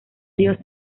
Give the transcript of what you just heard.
fríos